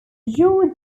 ashur